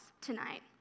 tonight